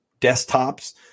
desktops